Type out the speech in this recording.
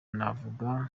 navuga